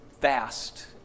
fast